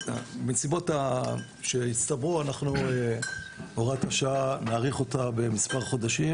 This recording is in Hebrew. אבל עקב הנסיבות שהצטברו נאריך את הוראת השעה במספר חודשים,